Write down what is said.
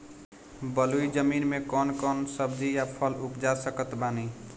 बलुई जमीन मे कौन कौन सब्जी या फल उपजा सकत बानी?